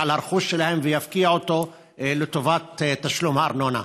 על הרכוש שלהן ויפקיע אותו לטובת תשלום הארנונה.